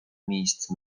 miejsce